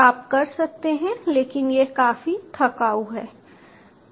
आप कर सकते हैं लेकिन यह काफी थकाऊ है